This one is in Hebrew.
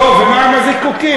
לא, ומה עם הזיקוקים?